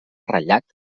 ratllat